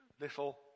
little